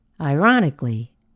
Ironically